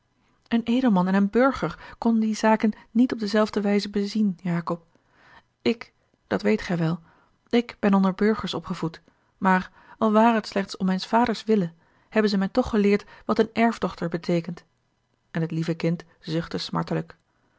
een edelman en een burger konnen die zaken niet op dezelfde wijze bezien jacob ik dat weet gij wel ik ben onder burgers opgevoed maar al ware t slechts om mijns vaders wille hebben ze mij toch geleerd wat eene erfdochter beteekent en het lieve kind zuchtte smartelijk